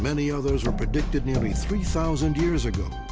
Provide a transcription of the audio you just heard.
many others, were predicted nearly three thousand years ago.